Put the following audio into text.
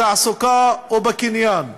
בתעסוקה ובקניין.